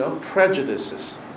prejudices